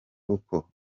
uko